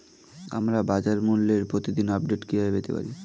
আমরা বাজারমূল্যের প্রতিদিন আপডেট কিভাবে পেতে পারি?